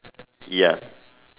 ya